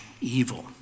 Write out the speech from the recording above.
evil